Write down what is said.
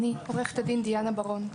אני עו"ד דיאנה בארון.